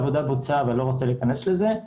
העבודה בוצעה אבל אני לא רוצה להיכנס לזה.